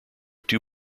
two